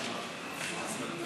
תודה רבה.